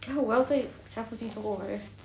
然后我要在家附近做工 eh